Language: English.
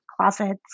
closets